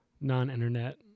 Non-internet